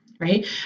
right